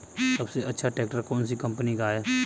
सबसे अच्छा ट्रैक्टर कौन सी कम्पनी का है?